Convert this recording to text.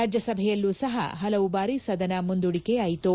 ರಾಜ್ಯಸಭೆಯಲ್ಲೂ ಸಹ ಹಲವು ಬಾರಿ ಸದನ ಮುಂದೂಡಿಕೆಯಾಯಿತು